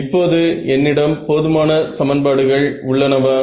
இப்போது என்னிடம் போதுமான சமன்பாடுகள் உள்ளனவா